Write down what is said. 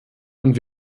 und